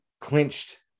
clinched